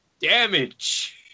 damage